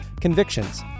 convictions